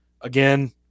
Again